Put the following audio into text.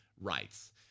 rights